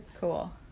Cool